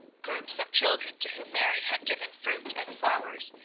groups of children, to whom mary had given fruit and flowers,